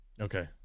okay